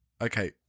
okay